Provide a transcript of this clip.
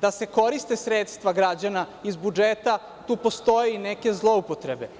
da se koriste sredstva građana iz budžeta, tu postoje neke zloupotrebe.